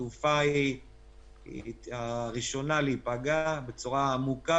התעופה היא הראשונה להיפגע בצורה העמוקה